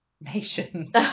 nation